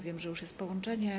Wiem, że już jest połączenie.